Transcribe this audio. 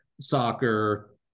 soccer